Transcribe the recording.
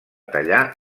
tallar